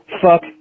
Fuck